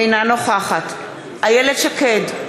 אינה נוכחת איילת שקד,